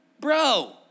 bro